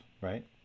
right